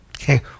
Okay